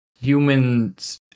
humans